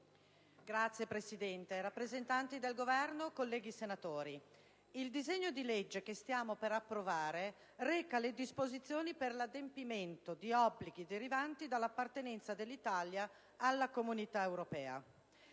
Signor Presidente, rappresentanti del Governo, colleghi senatori, il disegno di legge che stiamo per approvare reca le disposizioni per l'adempimento di obblighi derivanti dall'appartenenza dell'Italia alle Comunità europee.